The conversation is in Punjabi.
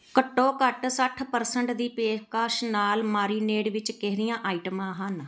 ਘੱਟੋ ਘੱਟ ਸੱਠ ਪ੍ਰਸੈਂਟ ਦੀ ਪੇਸ਼ਕਸ਼ ਨਾਲ ਮਾਰੀਨੇਡ ਵਿੱਚ ਕਿਹੜੀਆਂ ਆਈਟਮਾਂ ਹਨ